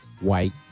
White